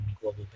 global